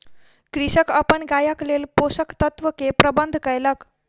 कृषक अपन गायक लेल पोषक तत्व के प्रबंध कयलक